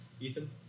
Ethan